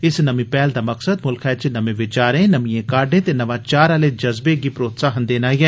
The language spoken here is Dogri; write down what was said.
इस नमीं पैहल दा मकसद मुल्खै च नमें विचारें नमिएं काहड़े ते नवाचार आले जज्बे गी प्रोत्साहन देना ऐ